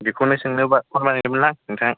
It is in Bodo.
बिखौनो सोंनो बा फन बानायदोंमोनलां नोंथां